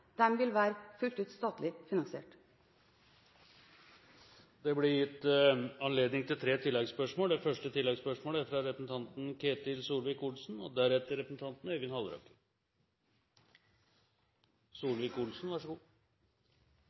vil være fullt ut statlig finansiert. Det blir gitt anledning til tre oppfølgingsspørsmål – først fra representanten Ketil